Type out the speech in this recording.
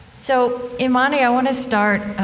so, imani, i want to start,